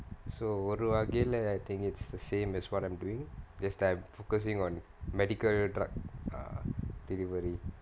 so what do I get leh I think it's the same as what I'm doing just that I'm focusing on medical drug delivery